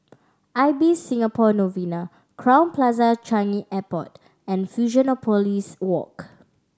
Ibis Singapore Novena Crowne Plaza Changi Airport and Fusionopolis Walk